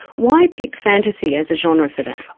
why pick fantasy as a genre for that?